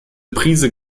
prise